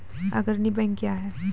अग्रणी बैंक क्या हैं?